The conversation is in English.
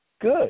Good